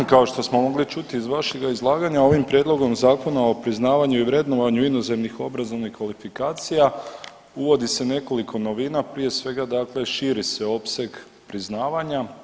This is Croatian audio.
Kao što smo mogli čuti iz vašega izlaganja, ovim Prijedlogom Zakona o priznavanju i vrednovanju inozemnih obrazovnih kvalifikacija uvodi se nekoliko novina, prije svega dakle širi se opseg priznavanja.